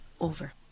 over